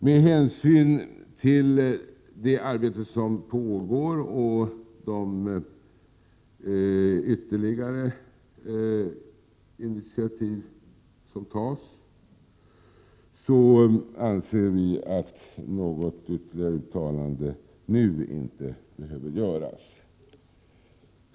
Med hänsyn till det arbete som pågår och de initiativ som tagits anser vi att det nu inte behöver göras något ytterligare uttalande.